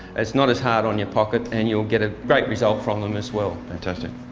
it's not as hard on your pocket and you'll get a great result from them as well. fantastic.